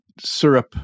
syrup